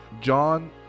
John